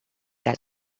that